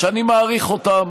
שאני מעריך אותם